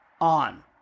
on